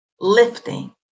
lifting